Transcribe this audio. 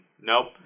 nope